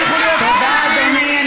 עוד שנייה.